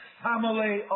family